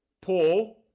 Paul